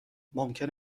ممکن